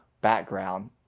background